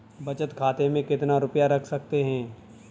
बचत खाते में कितना रुपया रख सकते हैं?